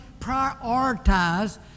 prioritize